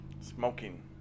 Smoking